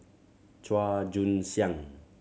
Chua Joon Siang